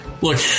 Look